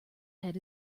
head